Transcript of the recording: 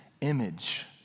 image